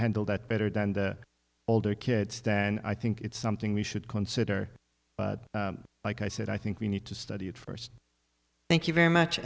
handle that better than the older kids then i think it's something we should consider but like i said i think we need to study it first thank you very much